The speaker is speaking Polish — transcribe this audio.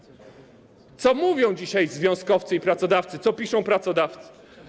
Co mówią dzisiaj związkowcy i pracodawcy, co piszą pracodawcy?